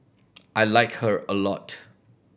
I like her a lot